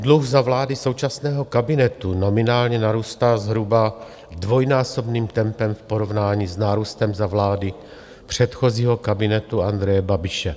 Dluh za vlády současného kabinetu nominálně narůstá zhruba dvojnásobným tempem v porovnání s nárůstem za vlády předchozího kabinetu Andreje Babiše.